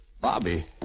Bobby